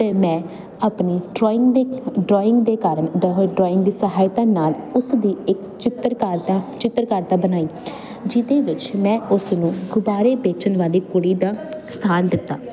ਅਤੇ ਮੈਂ ਆਪਣੀ ਡਰੋਇੰਗ ਦੇ ਡਰੋਇੰਗ ਦੇ ਕਾਰਨ ਡਹੋ ਡਰੋਇੰਗ ਦੀ ਸਹਾਇਤਾ ਨਾਲ ਉਸਦੀ ਇੱਕ ਚਿੱਤਰਕਾਰ ਦਾ ਚਿੱਤਰਕਾਰਤਾ ਬਣਾਈ ਜਿਹਦੇ ਵਿੱਚ ਮੈਂ ਉਸ ਨੂੰ ਗੁਬਾਰੇ ਵੇਚਣ ਵਾਲੀ ਕੁੜੀ ਦਾ ਸਥਾਨ ਦਿੱਤਾ